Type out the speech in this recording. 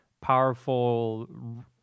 powerful